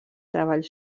treball